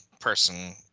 person